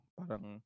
parang